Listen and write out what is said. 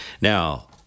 Now